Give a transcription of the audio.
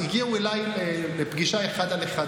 הגיעו אליי לפגישה אחד על אחד,